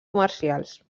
comercials